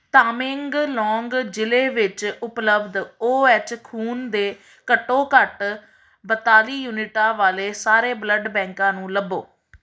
ਤਾਮੇਂਗਲੋਂਗ ਜ਼ਿਲ੍ਹੇ ਵਿੱਚ ਉਪਲਬਧ ਓ ਐਚ ਖੂਨ ਦੇ ਘੱਟੋਂ ਘੱਟ ਬਤਾਲੀ ਯੂਨਿਟਾਂ ਵਾਲੇ ਸਾਰੇ ਬਲੱਡ ਬੈਂਕਾਂ ਨੂੰ ਲੱਭੋ